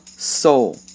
soul